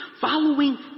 Following